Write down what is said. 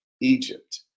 Egypt